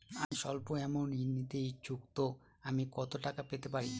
আমি সল্প আমৌন্ট ঋণ নিতে ইচ্ছুক তো আমি কত টাকা পেতে পারি?